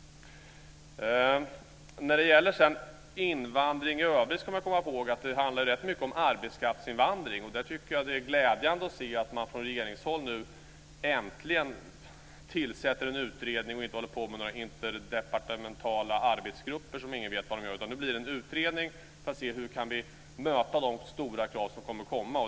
När det sedan gäller invandring i övrigt ska man komma ihåg att det handlar rätt mycket om arbetskraftsinvandring. Jag tycker att det är glädjande att se att man från regeringshåll nu äntligen tillsätter en utredning och inte håller på med några interdepartementala arbetsgrupper som ingen vet vad de gör. Nu blir det en utredning för att se hur vi kan möta de stora krav som kommer.